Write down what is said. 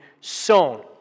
sown